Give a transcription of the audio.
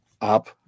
op